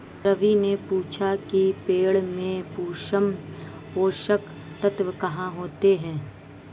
रवि ने पूछा कि पेड़ में सूक्ष्म पोषक तत्व कहाँ होते हैं?